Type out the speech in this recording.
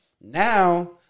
now